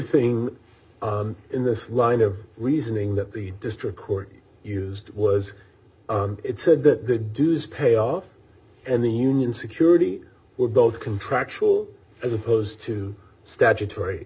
thing in this line of reasoning that the district court used was it said that the dues payoff and the union security were both contractual as opposed to statutory